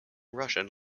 russian